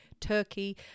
turkey